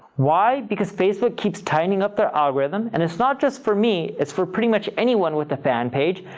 why? because facebook keeps tightening up their algorithm. and it's not just for me, it's for pretty much anyone with a fan page,